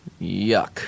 Yuck